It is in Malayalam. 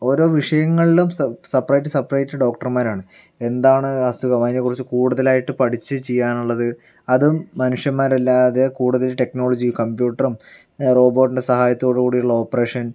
ഓരോ വിഷയങ്ങളിലും സ സപ്പറേറ്റ് സപ്പറേറ്റ് ഡോക്ടർമാരാണ് എന്താണ് അസുഖം അതിനെക്കുറിച്ച് കൂടുതലായിട്ട് പഠിച്ച് ചെയ്യാനുള്ളത് അതും മനുഷ്യന്മാരല്ലാതെ കൂടുതൽ ടെക്നോളജി കംപ്യൂട്ടറും റോബോട്ടിൻ്റെ സഹായത്തോട് കൂടിയുള്ള ഓപ്പറേഷൻ